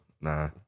Nah